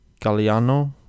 galliano